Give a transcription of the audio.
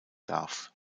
darf